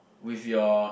with your